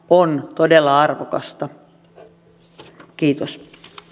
on todella arvokasta kiitos